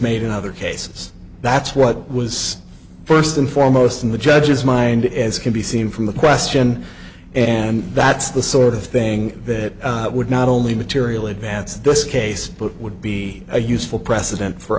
made in other cases that's what was first and foremost in the judge's mind as can be seen from the question and that's the sort of thing that would not only material advance this case but would be a useful precedent for